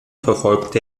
verfolgt